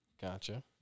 Gotcha